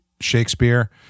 Shakespeare